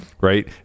Right